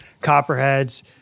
copperheads